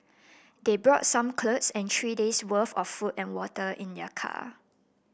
they brought some clothes and three days worth of food and water in their car